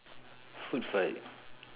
food fight